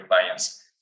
clients